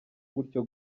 gutyo